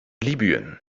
libyen